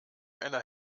einer